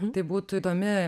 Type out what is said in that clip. tai būtų įdomi